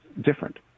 different